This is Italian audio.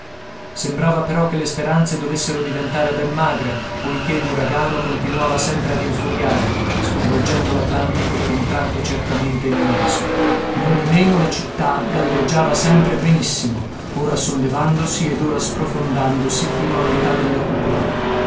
sembrava però che le speranze dovessero diventare ben magre poiché l'uragano continuava sempre ad infuriare sconvolgendo l'atlantico per un tratto certamente immenso nondimeno la città galleggiava sempre benissimo ora sollevandosi ed ora sprofondandosi fino a metà della cupola